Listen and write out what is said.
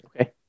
Okay